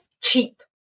cheap